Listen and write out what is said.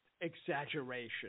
exaggeration